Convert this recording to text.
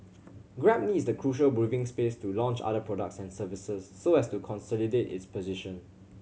grab needs the crucial breathing space to launch other products and services so as to consolidate its position